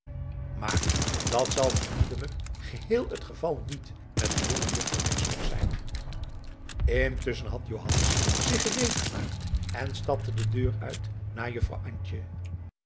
maar dat zal vermoedelijk geheel het geval niet met de jonge juffrouw wijnstok zijn intusschen had johannes zich gereed gemaakt en stapte de deur uit naar